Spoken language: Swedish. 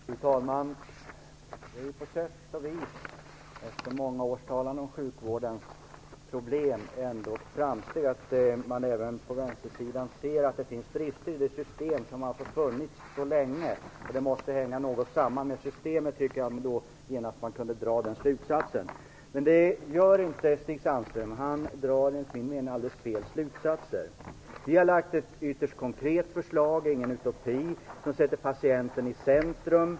Fru talman! Efter många års talande om sjukvårdens problem är det ändå ett framsteg att man även från vänsterhåll ser att det finns brister i det system som alltså har funnits så länge. Man borde då dra slutsatsen att det måste hänga samman med systemet på något sätt. Men det gör inte Stig Sandström. Han drar enligt min mening alldeles fel slutsatser. Vi har lagt fram ett ytterst konkret förslag, ingen utopi. Enligt detta förslag sätts patienten i centrum.